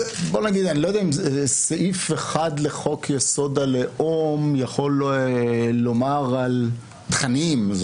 אני לא יודע אם סעיף אחד לחוק-יסוד: הלאום יכול לומר על תכנים.